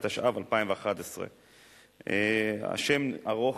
התשע"ב 2011. השם ארוך,